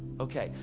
okay.